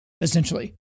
essentially